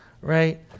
right